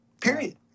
period